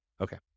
Okay